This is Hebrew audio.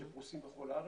שפרוסים בכל הארץ.